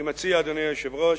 אני מציע, אדוני היושב-ראש,